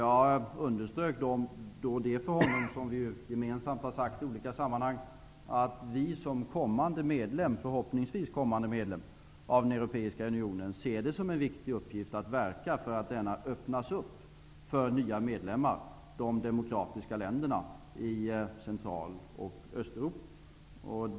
Jag underströk, som vi i olika sammanhang gemensamt har sagt, att vi, som förhoppningsvis kommande medlem av den europeiska unionen, ser det som en viktig uppgift att verka för att denna öppnas för nya medlemmar -- de demokratiska länderna i Central och Östeuropa.